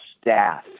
staff